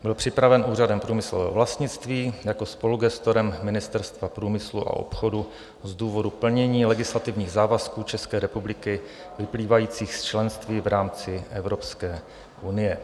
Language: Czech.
Byl připraven Úřadem průmyslového vlastnictví jako spolugestorem Ministerstva průmyslu a obchodu z důvodu plnění legislativních závazků České republiky, vyplývajících z členství v rámci Evropské unie.